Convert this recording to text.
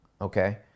Okay